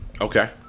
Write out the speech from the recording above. Okay